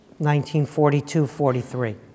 1942-43